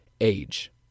age